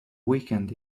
weekend